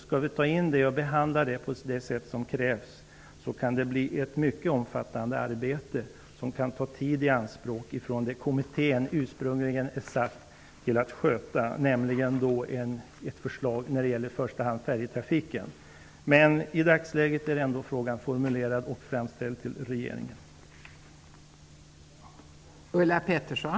Skall vi ta med detta och behandla det på det sätt som krävs, kan det bli ett mycket omfattande arbete, som kan ta tid i anspråk från det som kommittén ursprungligen är satt att sköta, nämligen i första hand färjetrafiken. Men i dagsläget är frågan alltså formulerad och framställd till regeringen.